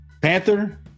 Panther